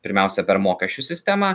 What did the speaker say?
pirmiausia per mokesčių sistemą